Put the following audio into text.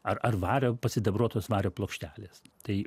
ar ar vario pasidabruotos vario plokštelės tai